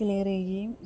clear ചെയ്യുകയും